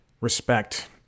Respect